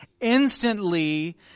instantly